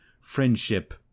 friendship